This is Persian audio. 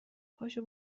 پاشو